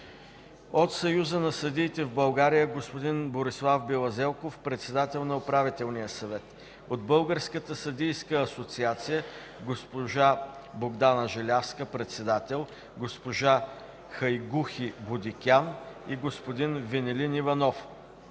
От Съюза на съдиите в България: господин Борислав Белазелков – председател на Управителния съвет; от Българската съдийска асоциация: госпожа Богдана Желявска – председател, госпожа Хайгухи Бодикян, и господин Венелин Иванов;